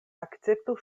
akceptu